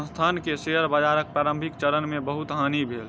संस्थान के शेयर बाजारक प्रारंभिक चरण मे बहुत हानि भेल